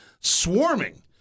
swarming